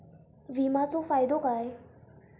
विमाचो फायदो काय?